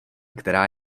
která